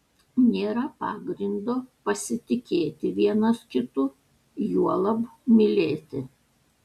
nėra pagrindo pasitikėti vienas kitu juolab mylėti